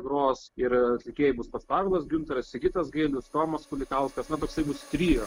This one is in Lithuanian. gros ir atlikėjai bus pats pavelas gintaras sigitas gailius tomas kulikauskas na toksai bus trio